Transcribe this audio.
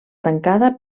tancada